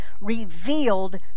revealed